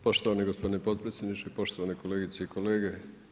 Poštovani gospodine potpredsjedniče, poštovane kolegice i kolege.